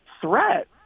threat